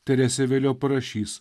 teresė vėliau parašys